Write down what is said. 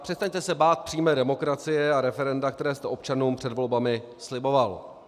Přestaňte se bát přímé demokracie a referenda, které jste občanům před volbami sliboval.